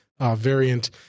variant